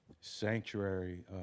sanctuary